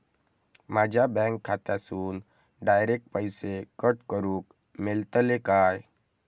माझ्या बँक खात्यासून डायरेक्ट पैसे कट करूक मेलतले काय?